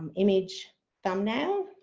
image thumbnail.